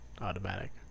automatic